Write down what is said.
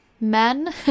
Men